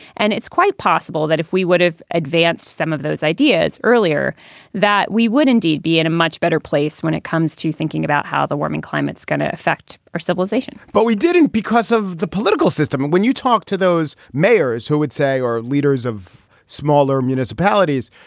and it's quite possible that if we would have advanced. those ideas earlier that we would indeed be in a much better place when it comes to thinking about how the warming climate is going to affect our civilization but we didn't because of the political system. when you talk to those mayors who would say or leaders of smaller municipalities.